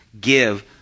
give